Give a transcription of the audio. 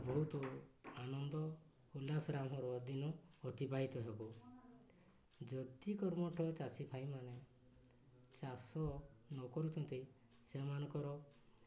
ବହୁତ ଆନନ୍ଦ ଉଲ୍ଲାସ ମନରେ ଦିନ ଅତିବାହିତ ହେବ ଯଦି କର୍ମଠ ଚାଷୀମାନେ ଚାଷ ନକରୁଛନ୍ତି ସେମାନଙ୍କର